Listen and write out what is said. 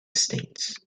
states